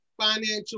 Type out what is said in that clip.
financial